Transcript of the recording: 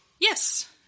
Yes